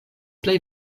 plej